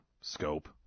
scope